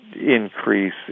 increase